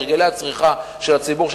והרגלי הצריכה של הציבור,